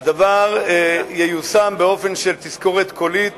הדבר ייושם באופן של תזכורת קולית